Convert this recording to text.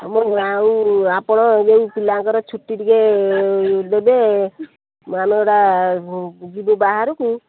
ଆଉ ଆପଣ ଯେଉଁ ପିଲାଙ୍କର ଛୁଟି ଟିକିଏ ଦେବେ ଆମେ ଗୋଟା ଯିବୁ ବାହାରକୁ